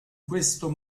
questo